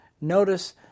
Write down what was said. Notice